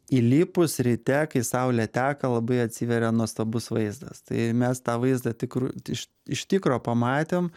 įlipus ryte kai saulė teka labai atsiveria nuostabus vaizdas tai mes tą vaizdą tikru iš iš tikro pamatėm